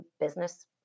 business